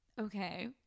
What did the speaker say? Okay